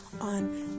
on